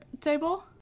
table